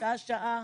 שעה-שעה,